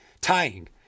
tying